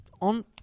On